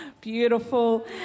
beautiful